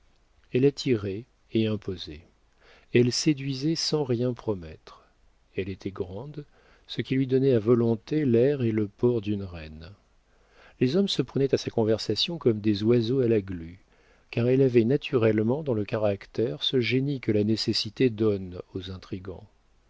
elle attirait et imposait elle séduisait sans rien promettre elle était grande ce qui lui donnait à volonté l'air et le port d'une reine les hommes se prenaient à sa conversation comme des oiseaux à la glu car elle avait naturellement dans le caractère ce génie que la nécessité donne aux intrigants